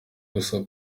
gusa